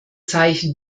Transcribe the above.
zeichen